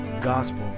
gospel